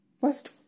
First